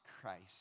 Christ